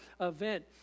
event